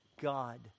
God